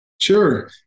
Sure